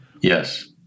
Yes